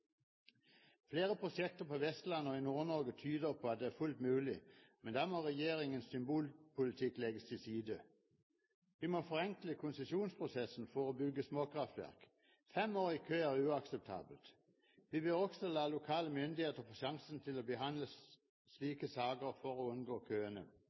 Flere prosjekter på Vestlandet og i Nord-Norge tyder på at det er fullt mulig, men da må regjeringens symbolpolitikk legges til side. Vi må forenkle konsesjonsprosessen for å bygge småkraftverk. Fem år i kø er uakseptabelt. Vi bør også la lokale myndigheter få sjansen til å behandle slike saker for å unngå køene.